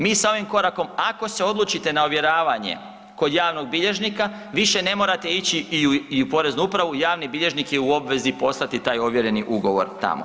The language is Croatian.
Mi sa ovim korakom ako se odlučite na ovjeravanje kod javnog bilježnika više ne morate ići i u poreznu upravu, javni bilježnik je u obvezi poslati taj ovjereni ugovor tamo.